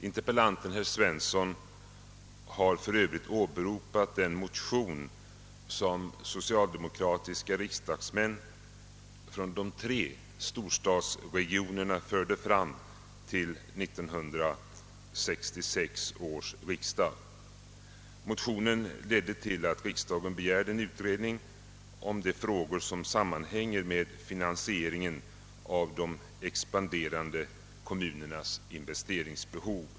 Interpellanten herr Svensson har för övrigt åberopat den motion som socialdemokratiska riksdagsmän från de tre storstadsregionerna framlade vid 1966 års riksdag. Motionen ledde till att riksdagen begärde en utredning om de frågor som sammanhänger med finansieringen av de expanderande kommunernas investeringsbehov.